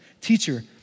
Teacher